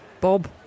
Bob